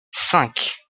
cinq